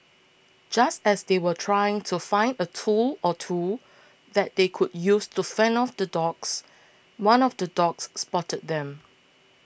just as they were trying to find a tool or two that they could use to fend off the dogs one of the dogs spotted them